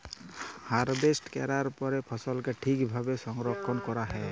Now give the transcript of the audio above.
harvest ক্যরার পরে ফসলকে ঠিক ভাবে সংরক্ষল ক্যরা হ্যয়